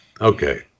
Okay